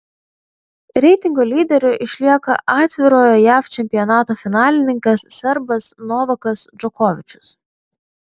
reitingo lyderiu išlieka atvirojo jav čempionato finalininkas serbas novakas džokovičius